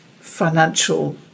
financial